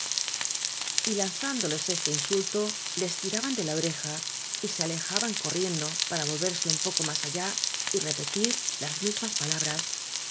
lladres y lanzándoles este insulto les tiraban de la oreja y se alejaban corriendo para volverse un poco más alia y repetir las mismas palabras